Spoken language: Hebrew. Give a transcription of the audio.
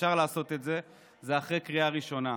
אפשר לעשות את זה, זה אחרי קריאה ראשונה.